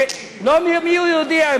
ולא מיהו יהודי.